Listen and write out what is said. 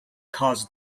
caused